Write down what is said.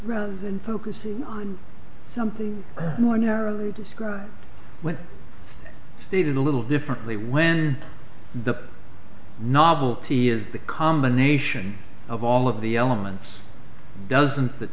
rather than focusing on something more narrowly describe what stated a little differently when the novelty is the combination of all of the elements doesn't th